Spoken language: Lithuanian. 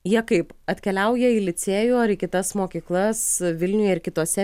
jie kaip atkeliauja į licėjų ar į kitas mokyklas vilniuje ir kituose